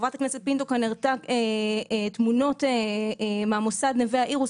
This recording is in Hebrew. חברת הכנסת פינטו כאן הראתה תמונות מהמוסד "נווה האירוס".